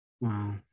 Wow